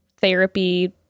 Therapy